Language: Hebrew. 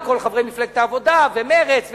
לכל חברי מפלגת העבודה ומרצ וכולם,